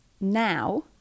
now